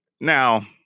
Now